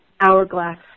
hourglass